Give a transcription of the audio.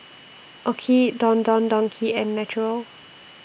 OKI Don Don Donki and Naturel